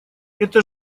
это